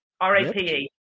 r-a-p-e